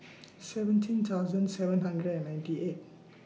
seventeen thousand seven hundred and ninety eight